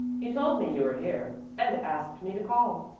he told me you were here and asked me to call.